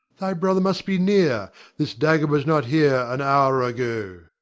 thy brother must be near this dagger was not here an hour ago.